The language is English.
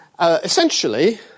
Essentially